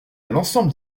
l’ensemble